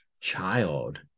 child